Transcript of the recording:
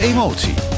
Emotie